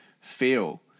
feel